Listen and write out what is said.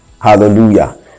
hallelujah